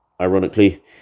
ironically